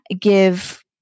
give